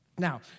Now